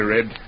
Red